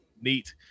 neat